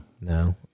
No